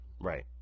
Right